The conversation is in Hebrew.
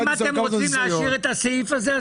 אם אתם רוצים להשאיר את הסעיף הזה,